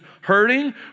hurting